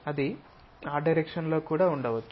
అది ఆ డైరెక్షన్ లో కూడా ఉండవచ్చు